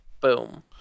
boom